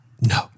no